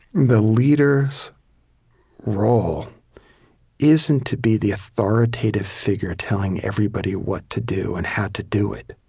the leader's role isn't to be the authoritative figure telling everybody what to do and how to do it,